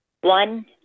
One